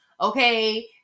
Okay